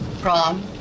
prom